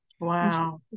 Wow